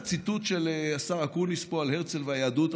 הציטוט של השר אקוניס פה על הרצל והיהדות,